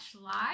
live